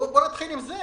בואו נתחיל עם זה,